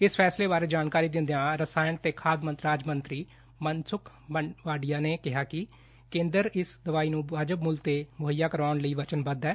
ਇਸ ਫੈਸਲੇ ਬਾਰੇ ਜਾਣਕਾਰੀ ਦਿੰਦਿਆਂ ਰਸਾਇਣ ਤੇ ਖਾਦ ਰਾਜ ਮੰਤਰੀ ਮਨਸੁਖ ਮਾਨਦਾਵਿਆ ਨੇ ਕਿਹਾ ਕਿ ਕੇਦਰ ਇਸ ਦਵਾਈ ਨੂੰ ਵਾਜ਼ਬ ਮੁੱਲ ਤੇ ਮੁਹੱਈਆ ਕਰਨਵਾਉਣ ਲਈ ਵਚਨਬੱਧ ਹੈ